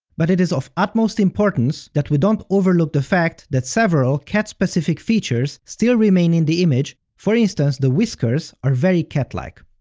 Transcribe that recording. but, it is of utmost importance that we don't overlook the fact that several cat-specific features still remain in the image, for instance, the whiskers are very cat-like.